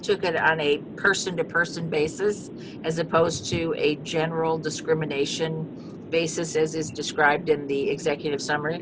took it on a person to person basis as opposed to a general discrimination basis as is described in the executive summ